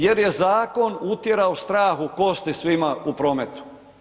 Jer je zakon utjerao strah u kosti svima u prometu.